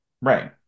Right